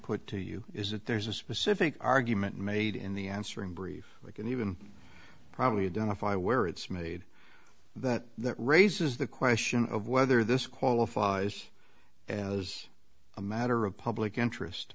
put to you is that there's a specific argument made in the answer in brief i can even probably have done if i wear it's made that that raises the question of whether this qualifies as a matter of public interest